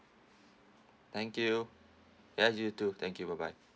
thank you ya you too thank you bye bye